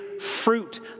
fruit